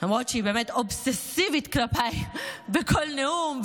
למרות שהיא באמת אובססיבית כלפיי בכל נאום,